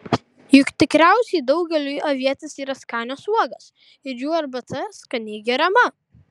juk tikriausiai daugeliui avietės yra skanios uogos ir jų arbata skaniai geriama